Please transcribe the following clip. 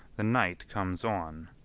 the night comes on,